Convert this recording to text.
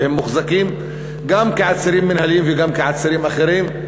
והם מוחזקים גם כעצירים מינהליים וגם כעצירים אחרים.